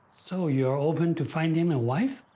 so you're open to finding a wife?